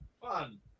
fun